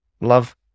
love